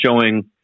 showing